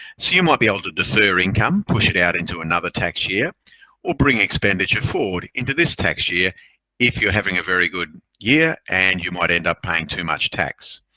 you might be able to defer income, push it out into another tax year or bring expenditure forward into this tax year if you're having a very good year and you might end up paying too much tax.